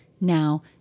Now